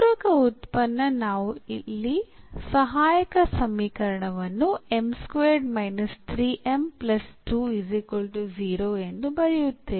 ಪೂರಕ ಉತ್ಪನ್ನ ನಾವು ಇಲ್ಲಿ ಸಹಾಯಕ ಸಮೀಕರಣವನ್ನು ಎಂದು ಬರೆಯುತ್ತೇವೆ